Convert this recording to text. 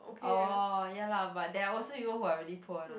orh ya lah but there are also people who are really poor lah